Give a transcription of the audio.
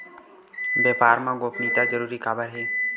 व्यापार मा गोपनीयता जरूरी काबर हे?